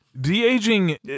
De-aging